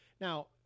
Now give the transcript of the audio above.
now